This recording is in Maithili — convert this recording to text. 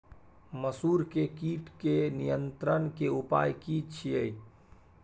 मसूर के कीट के नियंत्रण के उपाय की छिये?